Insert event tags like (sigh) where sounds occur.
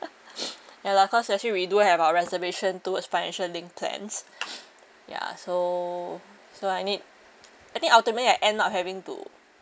(breath) ya lah cause actually we do have our reservation towards financial linked plans (breath) ya so so I need I think ultimately I end up having to